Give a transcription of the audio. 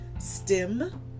STEM